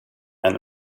and